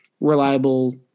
reliable